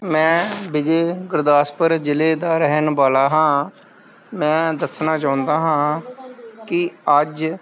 ਮੈਂ ਵਿਜੇ ਗੁਰਦਾਸਪੁਰ ਜ਼ਿਲ੍ਹੇ ਦਾ ਰਹਿਣ ਵਾਲਾ ਹਾਂ ਮੈਂ ਦੱਸਣਾ ਚਾਹੁੰਦਾ ਹਾਂ ਕਿ ਅੱਜ